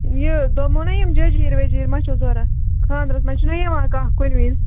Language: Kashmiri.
یہِ دوٚپمَو نا یِم جیجیٖرِ ویجیٖرِ ما چھَو ضروٗرت خانٛدرَس منٛز چھِناہ یِوان کانٛہہ کُنہِ وِِزِ